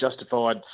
justified